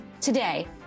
Today